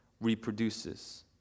reproduces